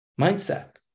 mindset